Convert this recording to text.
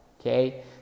okay